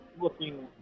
looking